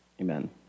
amen